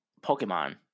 Pokemon